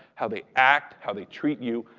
how they act, how they treat you,